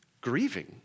grieving